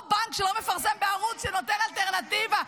אותו בנק שלא מפרסם בערוץ שנותן אלטרנטיבה.